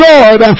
Lord